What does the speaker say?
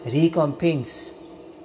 recompense